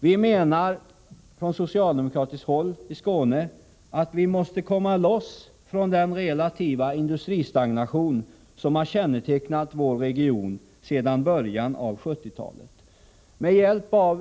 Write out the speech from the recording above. Vi menar att vi måste bryta den industristagnation som har kännetecknat vår region sedan början av 1970-talet.